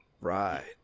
Right